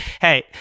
Hey